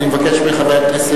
אני מבקש מממלא-מקום